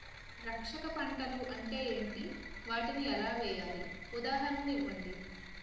రక్షక పంటలు అంటే ఏంటి? వాటిని ఎలా వేయాలి? ఉదాహరణలు ఇవ్వండి?